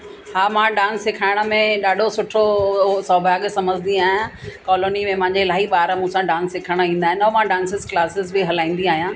हा मां डांस सिखाइण में ॾाढो सुठो सौभाग्य सम्झंदी आहियां कॉलौनी में मुंहिंजे इलाही ॿार मूं सां डांस सिखणु ईंदा आहिनि ऐं मां डांस क्लासिस बि हलाईंदी आहियां